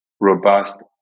robust